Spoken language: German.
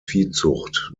viehzucht